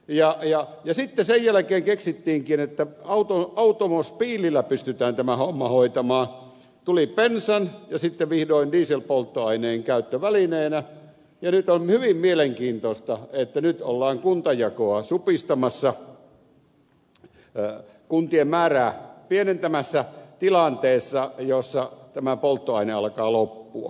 ja sitten sen jälkeen keksittiinkin että automospiilillä pystytään tämä homma hoitamaan tuli bensan ja sitten vihdoin dieselpolttoaineen käyttö välineenä ja nyt on hyvin mielenkiintoista että nyt ollaan kuntajakoa supistamassa kuntien määrää pienentämässä tilanteessa jossa tämä polttoaine alkaa loppua